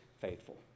faithful